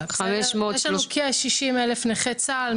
לנו כ-60,000 נכי צה"ל,